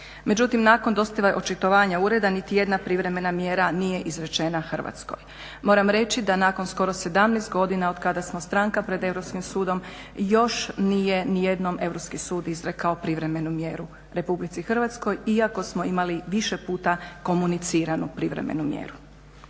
međutim nakon … očitovanja ureda niti jedna privremena nije izrečena Hrvatskoj. Moram reći da nakon skoro 17 godina od kada smo stranka pred Europskim sudom još nije ni jednom Europski sud izrekao privremenu mjeru RH iako smo imali više puta komuniciranu privremenu mjeru.